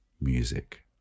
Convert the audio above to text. Music